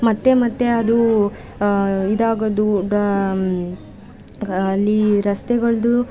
ಮತ್ತೆ ಮತ್ತೆ ಅದು ಇದಾಗೋದು ಬ ಅಲ್ಲಿ ರಸ್ತೆಗಳದ್ದು